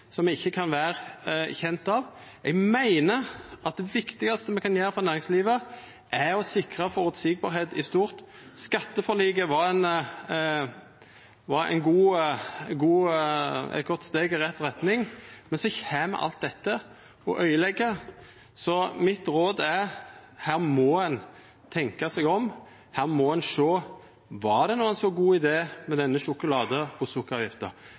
som me ikkje kan vera kjende av. Eg meiner at det viktigaste me kan gjera for næringslivet, er å sikra føreseielegheit i stort. Skatteforliket var eit godt steg i rett retning, men så kjem alt dette og øydelegg. Mitt råd er: Her må ein tenkja seg om, her må ein sjå på om det var ein god idé med denne sjokolade- og sukkeravgifta.